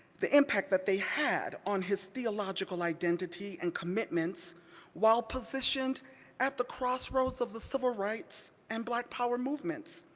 the impact that they had on his theological identity and commitments while positioned at the crossroads of the civil rights and black power movements.